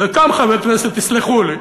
וקם חבר כנסת, תסלחו לי,